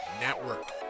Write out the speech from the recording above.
Network